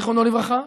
זיכרונו לברכה,